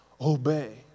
obey